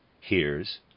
hears